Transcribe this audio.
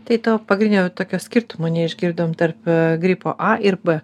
tai to pagrindinio tokios skirtumo neišgirdom tarp gripo a ir b